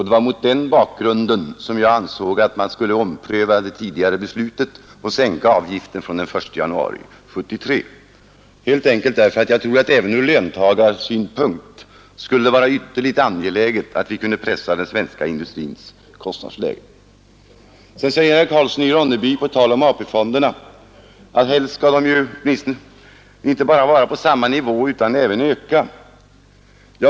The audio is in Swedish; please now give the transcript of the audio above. Det var mot den bakgrunden som jag ansåg att man skulle ompröva det tidigare beslutet och sänka avgiften från 1 januari 1973, helt enkelt för att jag tror att det även från löntagarsynpunkt skulle vara ytterligt angeläget att pressa den svenska industrins kostnadsläge. Sedan säger herr Karlsson i Ronneby på tal om AP-fonderna att helst skall de inte bara vara på samma nivå utan även öka.